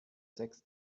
sechs